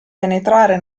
penetrare